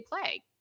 play